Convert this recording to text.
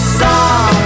song